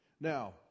Now